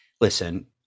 listen